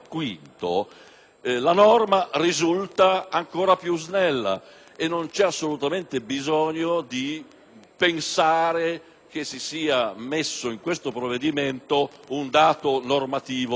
la norma risulta ancora più snella; non c'è assolutamente motivo di pensare che si sia inserito in questo provvedimento un dato normativo estraneo: